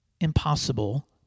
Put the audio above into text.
impossible